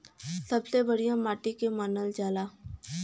सबसे बढ़िया माटी के के मानल जा?